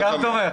תודה רבה,